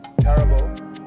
Terrible